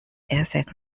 essex